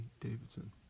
Davidson